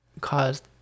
caused